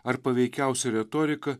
ar paveikiausi retorika